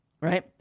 right